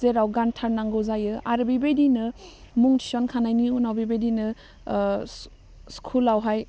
जेराव गानथारनांगौ जायो आरो बेबायदिनो मुं थिसनखानायनि उनाव बेबायदिनो सि स्कुलावहाय